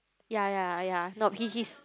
ya ya ya nope he he's